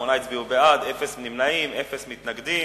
שמונה הצביעו בעד, אין נמנעים ואין מתנגדים,